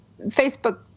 Facebook